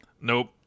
Nope